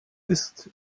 ist